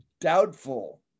doubtful